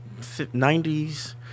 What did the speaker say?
90s